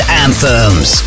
anthems